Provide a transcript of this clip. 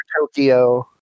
Tokyo